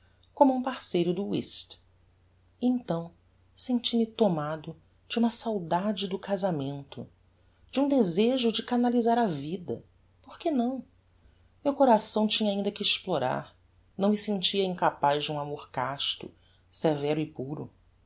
como um parceiro do whist e então senti-me tomado de uma saudade do casamento de um desejo de canalizar a vida porque não meu coração tinha ainda que explorar não me sentia incapaz de um amor casto severo e puro